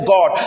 God